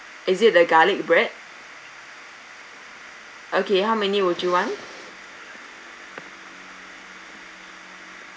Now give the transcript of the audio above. is it the garlic bread okay how many would you want